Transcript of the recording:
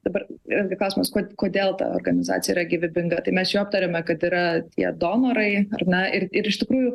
dabar vėlgi klausimas kodėl ta organizacija yra gyvybinga tai mes jau aptarėme kad yra tie donorai ar ne ir ir iš tikrųjų